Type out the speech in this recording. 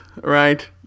right